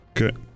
okay